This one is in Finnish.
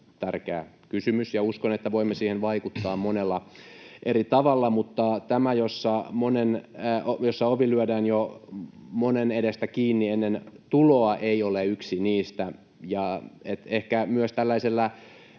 tärkeä kysymys, ja uskon, että voimme siihen vaikuttaa monella eri tavalla, mutta tämä, jossa ovi lyödään monen edestä kiinni jo ennen tuloa, ei ole yksi niistä. Ja ehkä tällaisella